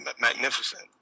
magnificent